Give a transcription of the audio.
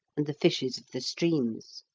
and the fishes of the streams.